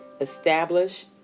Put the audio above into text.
establish